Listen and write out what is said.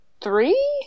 Three